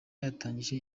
yatangije